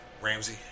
Ramsey